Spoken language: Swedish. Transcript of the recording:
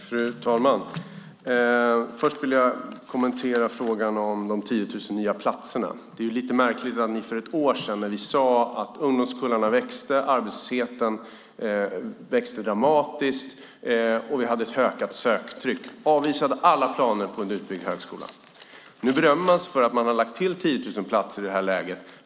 Fru talman! Först vill jag kommentera frågan om de 10 000 nya platserna. Det är litet märkligt att ni för ett år sedan när vi sade att ungdomskullarna växte, att arbetslösheten växte dramatiskt och att vi hade ett ökat söktryck avvisade alla planer på en utbyggd högskola. Nu berömmer man sig för att man har lagt till 10 000 platser i det här läget.